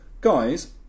guys